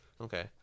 Okay